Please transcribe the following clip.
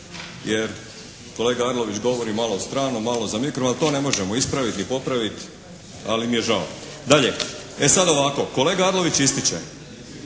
jer kolega Arlović govori malo stranom, malo za mikrofonom, to ne možemo ispraviti ni popravit ali mi je žao. Dalje. E sad ovako. Kolega Arlović ističe,